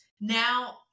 Now